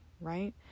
right